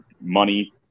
money